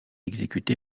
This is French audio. exécuté